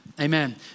Amen